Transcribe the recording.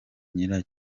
nyira